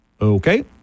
Okay